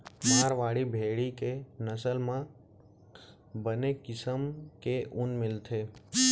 मारवाड़ी भेड़ी के नसल म बने किसम के ऊन मिलथे